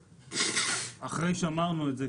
אחרי שאמרנו את זה,